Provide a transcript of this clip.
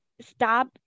stop